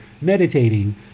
meditating